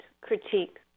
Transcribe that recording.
critique